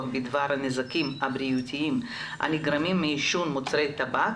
בדבר הנזקים הבריאותיים הנגרמים מעישון מוצרי טבק,